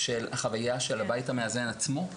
החוויה של הבית המאזן עצמו?